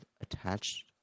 attached